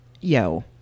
Yo